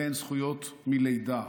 אלה זכויות מלידה,